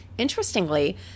Interestingly